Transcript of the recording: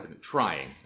Trying